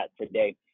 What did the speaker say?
today